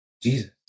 Jesus